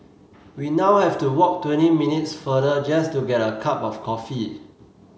we now have to walk twenty minutes farther just to get a cup of coffee